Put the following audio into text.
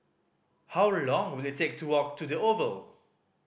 how long will it take to walk to The Oval